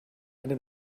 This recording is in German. eine